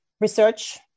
research